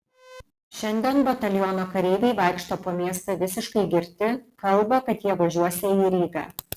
šiandien bataliono kareiviai vaikšto po miestą visiškai girti kalba kad jie važiuosią į rygą